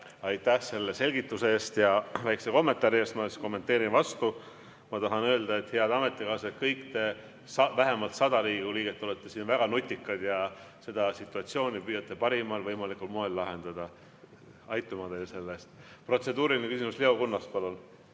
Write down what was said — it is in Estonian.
Aitäh selle selgituse eest ja väikese kommentaari eest! Ma siis kommenteerin vastu. Ma tahan öelda, et head ametikaaslased, kõik te, vähemalt 100 Riigikogu liiget, olete siin väga nutikad ja püüate seda situatsiooni parimal võimalikul moel lahendada. Aitüma teile selle eest! Protseduuriline küsimus, Leo Kunnas, palun!